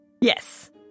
Yes